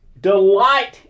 delight